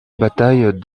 bataille